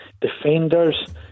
defenders